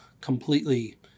completely